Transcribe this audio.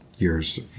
Years